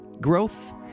growth